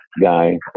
guy